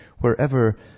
wherever